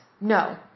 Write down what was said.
No